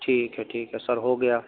ٹھیک ہے ٹھیک ہے سر ہو گیا